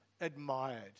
admired